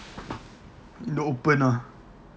in the open ah